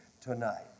tonight